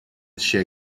share